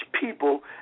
people